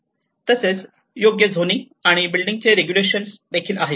तसेच योग्य झोनिंग आणि बिल्डिंगचे रेगुलेशन आहेत